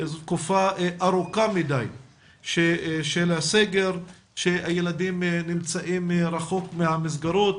זו תקופה ארוכה מדי של הסגר שהילדים נמצאים רחוק מהמסגרות.